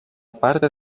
parte